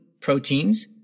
proteins